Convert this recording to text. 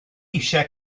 eisiau